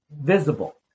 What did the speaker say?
visible